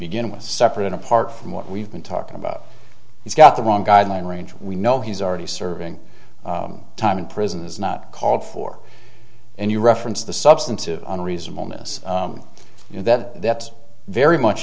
begin with separate and apart from what we've been talking about he's got the wrong guideline range we know he's already serving time in prison is not called for and you reference the substantive unreasonableness you know that that's very much